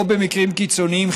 או במקרים קיצוניים,